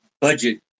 budget